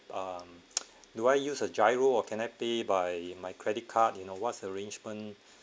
um do I use uh GIRO or can I pay by my credit card you know what's arrangement